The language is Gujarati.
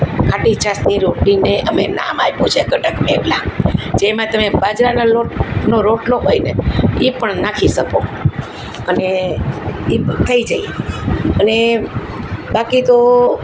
ખાટી છાશની રોટલીને અમે નામ આપ્યું છે ઘટક વેવલા જેમાં તમે બાજરાના લોટનો રોટલો હોય ને એ પણ નાખી શકો અને એ થઈ જાય અને બાકી તો